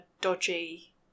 dodgy